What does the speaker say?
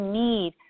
need